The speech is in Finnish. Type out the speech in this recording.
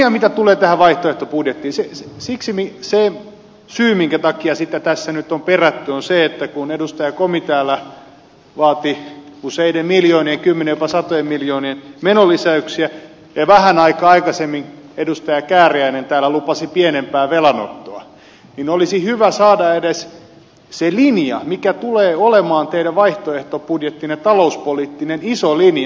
ja tosiaan mitä tulee tähän vaihtoehtobudjettiin se syy minkä takia sitä tässä nyt on perätty on se että kun edustaja komi täällä vaati useiden miljoonien kymmenien jopa satojen miljoonien menolisäyksiä ja vähän aikaa aikaisemmin edustaja kääriäinen täällä lupasi pienempää velanottoa niin olisi hyvä saada edes se linja mikä tulee olemaan teidän vaihtoehtobudjettinne talouspoliittinen iso linja